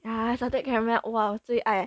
ya salted caramel !wah! 我最爱